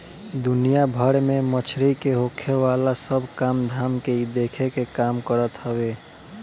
दुनिया भर में मछरी से होखेवाला सब काम धाम के इ देखे के काम करत हवे